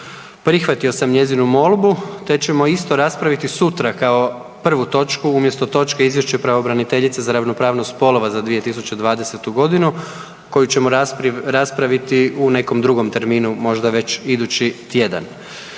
Prihvatio sam njezinu molbu, te ćemo isto raspraviti sutra kao prvu točku umjesto točke Izvješće pravobraniteljice za ravnopravnost spolova za 2020.g. koju ćemo raspraviti u nekom drugom terminu, možda već idući tjedan.